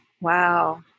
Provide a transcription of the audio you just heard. Wow